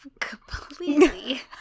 completely